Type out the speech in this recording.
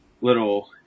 little